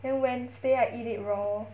then wednesday I eat it raw